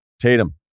Tatum